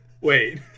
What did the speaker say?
Wait